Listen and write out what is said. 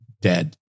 dead